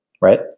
right